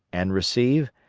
and receive,